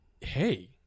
hey